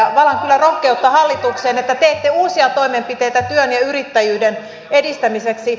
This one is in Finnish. ja valan kyllä rohkeutta hallitukseen että teette uusia toimenpiteitä työn ja yrittäjyyden edistämiseksi